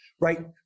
right